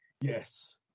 yes